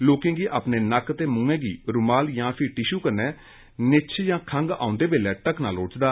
लोकें गी अपने नक्क ते मुंह् गी रूमाल जां टिशू कन्नै निच्छ जां खंग औंदे बेल्लै ढकना लोड़चदा